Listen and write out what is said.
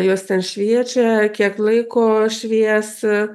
jose šviečia kiek laiko švies